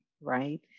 right